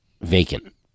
Vacant